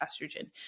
estrogen